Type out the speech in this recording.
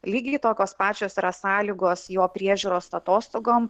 lygiai tokios pačios yra sąlygos jo priežiūros atostogom